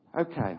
Okay